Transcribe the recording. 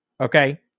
okay